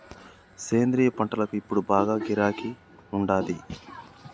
సేంద్రియ పంటలకు ఇప్పుడు బాగా గిరాకీ ఉండాది